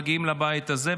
מגיעים לבית הזה,